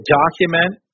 document